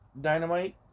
Dynamite